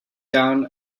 down